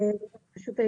אני